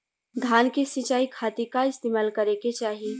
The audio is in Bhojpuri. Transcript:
धान के सिंचाई खाती का इस्तेमाल करे के चाही?